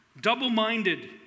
double-minded